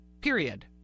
Period